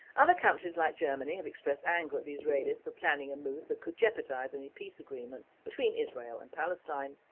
other countries like germany have expressed anger at the israeli's for planning and move that could jeopardise any peace agreement between israel and palestine.